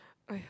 !aiya!